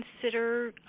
consider